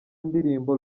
indirimbo